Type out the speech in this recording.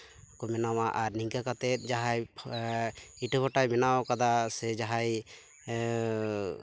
ᱠᱚ ᱵᱮᱱᱟᱣᱟ ᱟᱨ ᱱᱤᱝᱠᱟᱹ ᱠᱟᱛᱮᱫ ᱡᱟᱦᱟᱸᱭ ᱤᱴᱟᱹ ᱵᱷᱟᱴᱟᱭ ᱵᱮᱱᱟᱣ ᱠᱟᱫᱟ ᱥᱮ ᱡᱟᱦᱟᱸᱭ